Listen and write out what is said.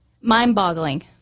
mind-boggling